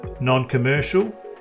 Non-commercial